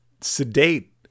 sedate